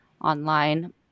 online